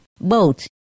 boat